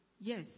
Yes